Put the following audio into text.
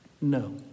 no